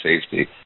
safety